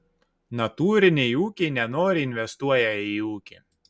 natūriniai ūkiai nenoriai investuoja į ūkį